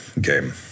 game